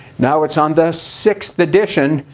now it's on the sixth edition.